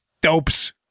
dopes